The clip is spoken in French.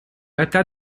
hâta